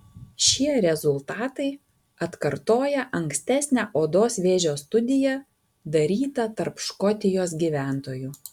šie rezultatai atkartoja ankstesnę odos vėžio studiją darytą tarp škotijos gyventojų